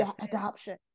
adoption